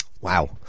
Wow